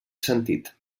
sentit